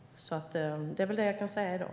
Det är väl det jag kan säga i dag.